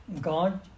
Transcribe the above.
God